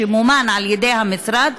שמומן על-ידי המשרד,